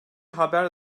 haber